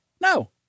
No